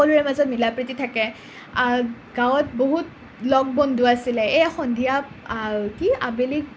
সকলোৰে মাজত মিলা প্ৰীতি থাকে গাঁৱত বহুত লগ বন্ধু আছিলে এই সন্ধিয়া কি আবেলি